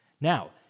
Now